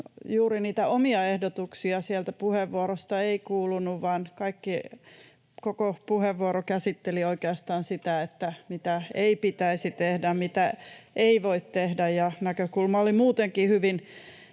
juuri niitä omia ehdotuksia sieltä puheenvuorosta ei kuulunut, vaan koko puheenvuoro käsitteli oikeastaan sitä, [Mauri Peltokankaan välihuuto] mitä ei pitäisi tehdä, mitä ei voi tehdä, ja näkökulma oli muutenkin hyvin